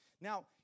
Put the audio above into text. Now